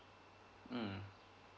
mm